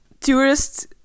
tourists